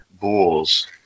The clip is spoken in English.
Bulls